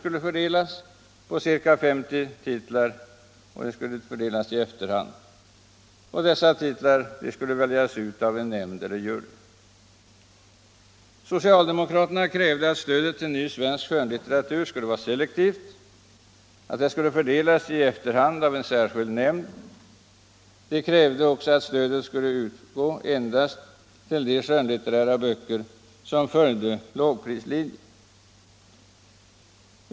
skulle fördelas i efterhand på ca 50 titlar. Dessa titlar skulle väljas ut av en nämnd eller en jury. Socialdemokraterna krävde att stödet till ny svensk skönlitteratur skulle vara selektivt, att det skulle fördelas i efterhand av en särskild nämnd och att det skulle utgå endast till de skönlitterära böcker som följde lågprislinjen.